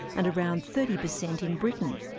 and around thirty percent in britain.